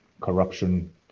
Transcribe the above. corruption